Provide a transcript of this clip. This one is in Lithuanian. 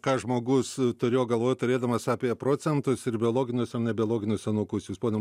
ką žmogus turėjo galvoj turėdamas apie procentus ir biologinius ar nebiologinius anūkus jūs ponia